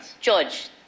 George